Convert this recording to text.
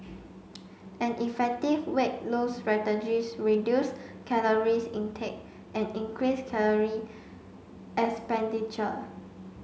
an effective weight loss strategies reduce caloric intake and increase caloric expenditure